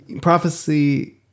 prophecy